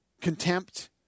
contempt